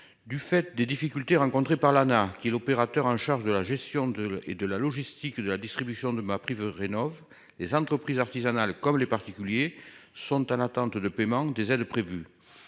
Du fait des difficultés rencontrées par l'Anaes qui l'opérateur en charge de la gestion de l'eau et de la logistique de la distribution de ma prive rénovent les entreprises artisanales comme les particuliers sont en attente de paiement des aides prévues.